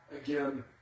again